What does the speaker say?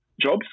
jobs